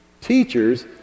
teachers